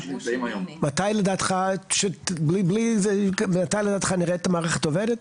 מתי לדעתך נראה את המערכת עובדת